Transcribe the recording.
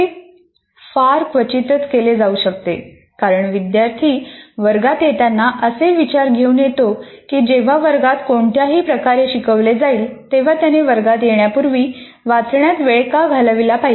हे फार क्वचितच केले जाऊ शकते कारण विद्यार्थी वर्गात येताना असे विचार घेऊन येतो की जेव्हा वर्गात कोणत्याही प्रकारे शिकवले जाईल तेव्हा त्याने वर्गात येण्यापूर्वी वाचण्यात वेळ का घालविला पाहिजे